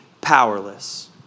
powerless